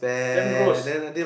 damn gross